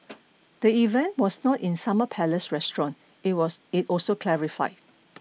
the event was not in Summer Palace restaurant it was it also clarified